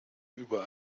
über